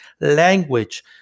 language